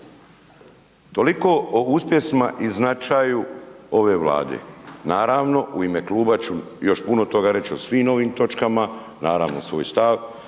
Toliko o uspjesima i značaju ove Vlade. Naravno, u ime kluba ću još puno toga reći o svim ovim točkama, naravno svoj stav,